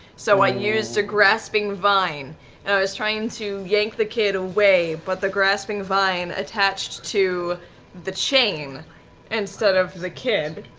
so i used a grasping vine, and i was trying to yank the kid away, but the grasping vine attached to the chain instead of the kid,